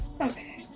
Okay